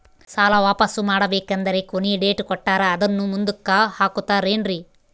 ಸಾಲ ವಾಪಾಸ್ಸು ಮಾಡಬೇಕಂದರೆ ಕೊನಿ ಡೇಟ್ ಕೊಟ್ಟಾರ ಅದನ್ನು ಮುಂದುಕ್ಕ ಹಾಕುತ್ತಾರೇನ್ರಿ?